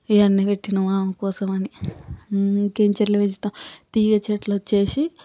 ఇవన్నీ పెట్టినాం ఆమె కోసమని ఇంకేమి చెట్లు పెంచుతాం తీగ చెట్లు వచ్చేసి